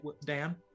Dan